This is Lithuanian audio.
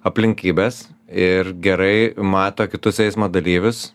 aplinkybes ir gerai mato kitus eismo dalyvius